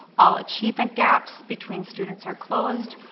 all achievement gaps between students are closed.